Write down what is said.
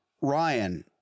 Ryan